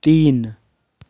तीन